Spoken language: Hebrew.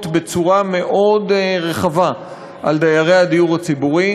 בצורה מאוד רחבה על דיירי הדיור הציבורי,